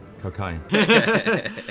Cocaine